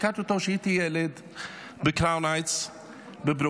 הכרתי אותו כשהייתי ילד בקראון הייטס בברוקלין.